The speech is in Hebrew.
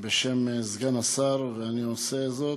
בשם סגן השר, ואני עושה זאת.